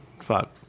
Fuck